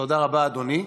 תודה רבה, אדוני.